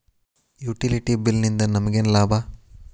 Utility bill ನಿಂದ್ ನಮಗೇನ ಲಾಭಾ?